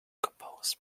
composed